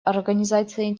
организации